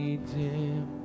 dim